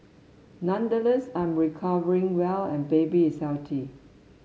nonetheless I'm recovering well and baby is healthy